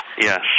Yes